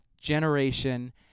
generation